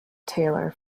taylor